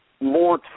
more